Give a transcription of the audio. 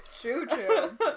Choo-choo